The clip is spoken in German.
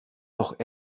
noch